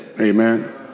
Amen